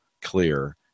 clear